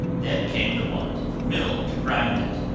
then came the want of a mill to grind it,